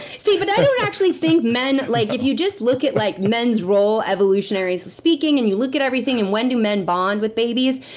see, but i don't actually think men, like if you just look at like men's role, evolutionary speaking, and you look at everything, and when do men bond with babies.